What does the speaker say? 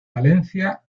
valencia